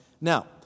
Now